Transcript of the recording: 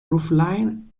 roofline